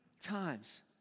times